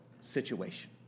situation